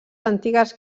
antigues